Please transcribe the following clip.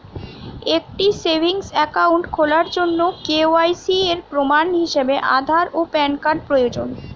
একটি savings account খোলার জন্য কে.ওয়াই.সি এর প্রমাণ হিসাবে আধার ও প্যান কার্ড প্রয়োজন